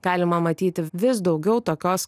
galima matyti vis daugiau tokios